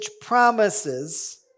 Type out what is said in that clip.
promises